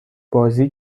بازی